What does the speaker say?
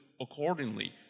accordingly